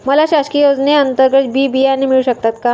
मला शासकीय योजने अंतर्गत बी बियाणे मिळू शकतात का?